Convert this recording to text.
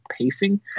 pacing